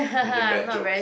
making bad jokes